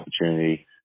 opportunity